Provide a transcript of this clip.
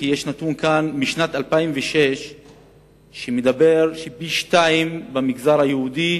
כי יש כאן נתון מ-2006 שמדבר על כך שבני נוער במגזר היהודי,